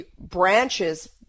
branches